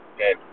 Okay